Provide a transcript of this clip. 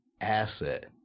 asset